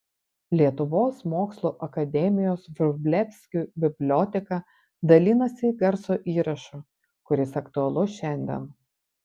lietuvos mokslų akademijos vrublevskių biblioteka dalinasi garso įrašu kuris aktualus šiandien